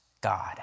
God